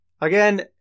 Again